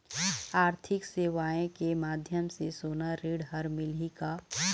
आरथिक सेवाएँ के माध्यम से सोना ऋण हर मिलही का?